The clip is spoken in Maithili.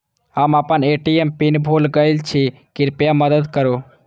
हम आपन ए.टी.एम पिन भूल गईल छी, कृपया मदद करू